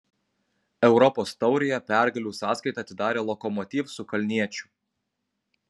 europos taurėje pergalių sąskaitą atidarė lokomotiv su kalniečiu